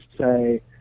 say